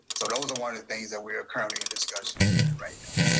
so those are one of the things that we are currently in discussions with right now.